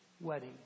wedding